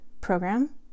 program